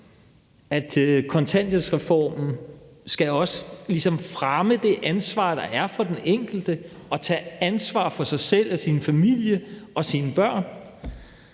at kontanthjælpsreformen også ligesom skal fremme det ansvar, der er for den enkelte for at tage ansvar for sig selv, sin familie og sine børn